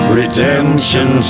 redemption